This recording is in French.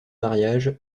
mariage